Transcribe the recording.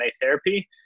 therapy